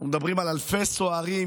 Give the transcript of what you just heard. אנחנו מדברים על אלפי סוהרים,